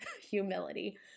humility